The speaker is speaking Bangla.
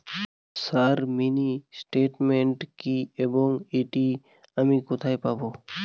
স্যার মিনি স্টেটমেন্ট কি এবং এটি আমি কোথায় পাবো?